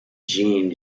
jean